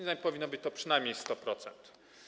Jednak powinno być to przynajmniej 100%.